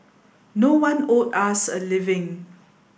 no one owed us a living